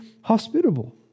hospitable